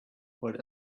what